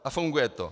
A funguje to.